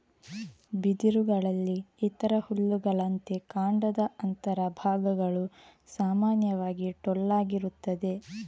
ಬಿದಿರುಗಳಲ್ಲಿ ಇತರ ಹುಲ್ಲುಗಳಂತೆ ಕಾಂಡದ ಅಂತರ ಭಾಗಗಳು ಸಾಮಾನ್ಯವಾಗಿ ಟೊಳ್ಳಾಗಿರುತ್ತದೆ